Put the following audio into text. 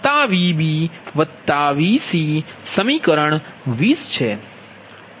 આ Va013VaVbVc સમીકરન 20 છે